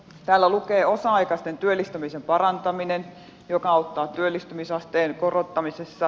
täällä lukee osa aikaisten työllistämisen parantaminen joka auttaa työllistymisasteen korottamisessa